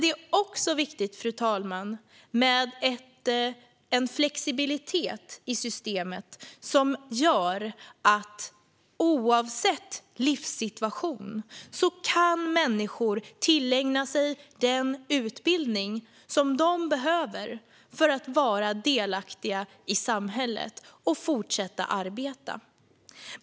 Det är också viktigt med en flexibilitet i systemet så att människor oavsett livssituation kan tillägna sig den utbildning de behöver för att vara delaktiga i samhället och fortsätta arbeta.